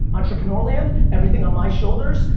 entrepreneur land, everything on my shoulders,